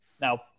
Now